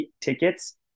tickets